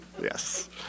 Yes